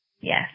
Yes